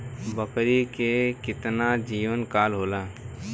बकरी के केतना जीवन काल होला?